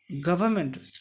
government